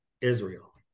Israel